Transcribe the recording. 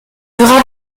perak